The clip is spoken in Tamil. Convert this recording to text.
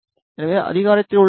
எனவே அதிகாரத்தில் உள்ள ஆர்